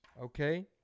Okay